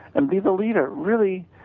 and be the leader. really,